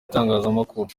itangazamakuru